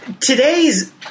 today's